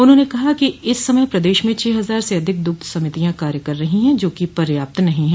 उन्होंने कहा कि इस समय प्रदेश में छह हजार से अधिक दुग्ध समितियां कार्य कर रही हैं जोकि पर्याप्त नहीं है